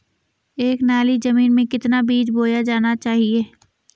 एक नाली जमीन में कितना बीज बोया जाना चाहिए?